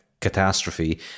catastrophe